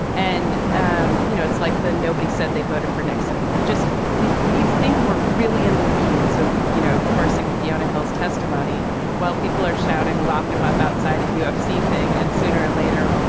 and, um you know, it's like the nobody said they voted for nixon. you just you you think we're really in the weeds of, you know, passing fiona hill's testimony while people are shouting, lock him up outside a ufc thing and sooner or later,